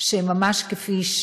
שממש כפי,